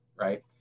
right